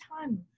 time